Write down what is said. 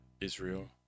Israel